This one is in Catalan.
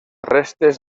restes